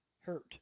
hurt